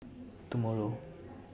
tomorrow